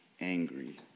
angry